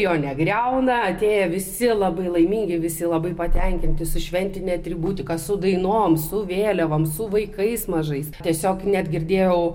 jo negriauna deja visi labai laimingi visi labai patenkinti su šventine atributika su dainom su vėliavom su vaikais mažais tiesiog net girdėjau